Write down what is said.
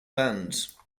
bands